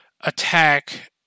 attack